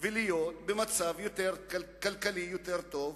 ולהיות במצב כלכלי יותר טוב,